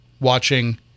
watching